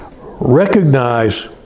Recognize